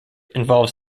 involves